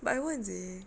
but I want seh